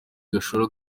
gashora